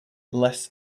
less